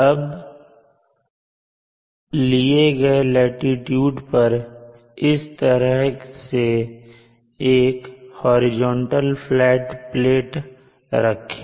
अब लिए गए लाटीट्यूड पर इस तरह से एक हॉरिजॉन्टल फ्लैट प्लेट रखें